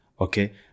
Okay